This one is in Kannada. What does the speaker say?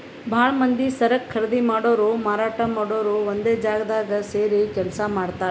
ಭಾಳ್ ಮಂದಿ ಸರಕ್ ಖರೀದಿ ಮಾಡೋರು ಮಾರಾಟ್ ಮಾಡೋರು ಒಂದೇ ಜಾಗ್ದಾಗ್ ಸೇರಿ ಕೆಲ್ಸ ಮಾಡ್ತಾರ್